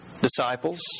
disciples